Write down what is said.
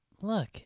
look